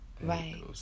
Right